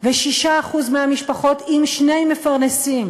ו-6% מהמשפחות עם שני מפרנסים